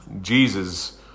Jesus